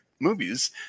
movies